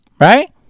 right